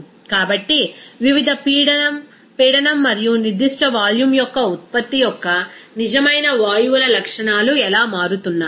కాబట్టి వివిధ పీడనం పీడనం మరియు నిర్దిష్ట వాల్యూమ్ యొక్క ఉత్పత్తి యొక్క నిజమైన వాయువుల లక్షణాలు ఎలా మారుతున్నాయి